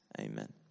Amen